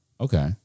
Okay